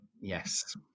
Yes